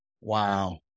Wow